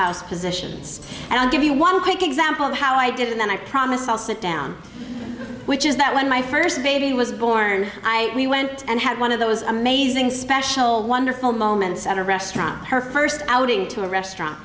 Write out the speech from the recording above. house positions and i'll give you one quick example of how i did and then i promise i'll sit down which is that when my first baby was born i went and had one of those amazing special wonderful moments at a restaurant her first outing to a restaurant